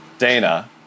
Dana